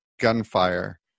gunfire